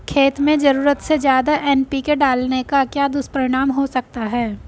खेत में ज़रूरत से ज्यादा एन.पी.के डालने का क्या दुष्परिणाम हो सकता है?